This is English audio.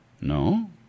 No